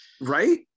Right